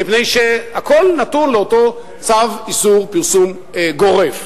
מפני שהכול נתון לאותו צו איסור פרסום גורף.